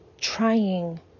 trying